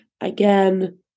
Again